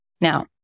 Now